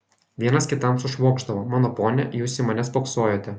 vienas kitam sušvokšdavo mano pone jūs į mane spoksojote